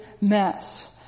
mess